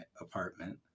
apartment